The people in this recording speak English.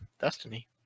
Destiny